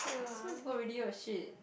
so many people already oh shit